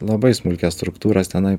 labai smulkias struktūras tenai